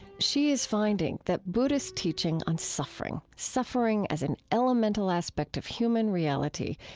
she is finding that buddhist teaching on suffering, suffering as an elemental aspect of human reality,